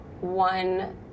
one